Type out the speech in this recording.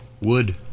Wood